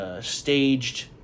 Staged